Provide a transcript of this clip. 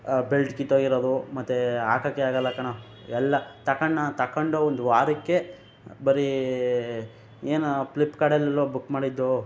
belt ಕಿತ್ತೋಗಿರೊದು ಮತ್ತು ಹಾಕೋಕ್ಕೆ ಆಗೋಲ್ಲ ಕಣೊ ಎಲ್ಲಾ ತಗೊಂಡ್ನ ತಗೊಂಡ್ ಒಂದು ವಾರಕ್ಕೆ ಬರೀ ಏನೋ ಫ್ಲಿಪ್ಕಾರ್ಟಲ್ಲೆಲ್ಲೊ ಬುಕ್ ಮಾಡಿದ್ದು